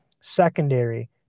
secondary